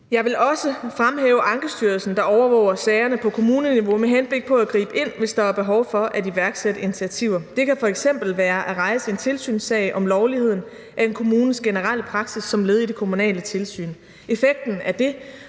Jeg vil også fremhæve Ankestyrelsen, der overvåger sagerne på kommuneniveau med henblik på at gribe ind, hvis der er behov for at iværksætte initiativer. Det kan f.eks. være at rejse en tilsynssag om lovligheden af en kommunes generelle praksis som led i det kommunale tilsyn. Effekten af det